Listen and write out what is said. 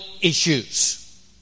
issues